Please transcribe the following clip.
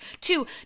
Two